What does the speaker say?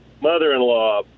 mother-in-law